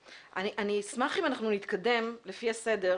(4)ישיבת מוסד תכנון כאמור בסעיף